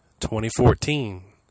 2014